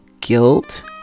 guilt